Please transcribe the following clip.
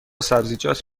سبزیجات